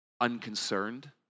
unconcerned